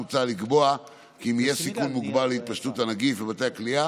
מוצע לקבוע כי אם יהיה סיכון מוגבר להתפשטות הנגיף בבתי הכליאה